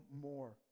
more